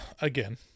again